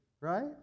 right